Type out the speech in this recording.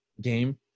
game